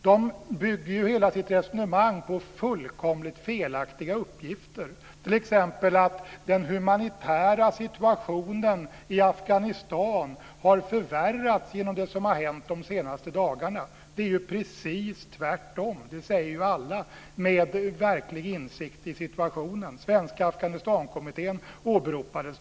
De bygger ju hela sitt resonemang på fullkomligt felaktiga uppgifter, t.ex. att den humanitära situationen i Afghanistan har förvärrats genom det som har hänt de senaste dagarna. Det är ju precis tvärtom; det säger ju alla med verklig insikt i situationen. Svenska Afghanistankommittén åberopades.